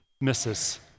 misses